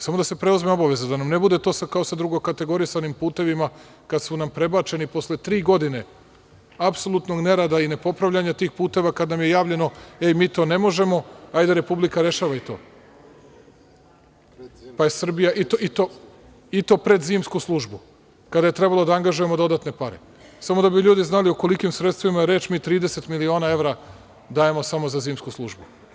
Samo da se preuzme obaveza da nam ne bude to sad kao sa drugokategorisanim putevima kada su nam prebačeni posle tri godine apsolutnog nerada i nepopravljanja tih puteva, kada nam je javljeno – ej, mi to ne možemo, hajde Republika rešavaj to, pa je Srbija, i to pred zimsku službu, kada je trebalo da angažujemo dodatne pare, samo da bi ljudi znali o kolikim sredstvima je reč mi 30 miliona evra dajemo samo za zimsku službu.